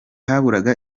haburaga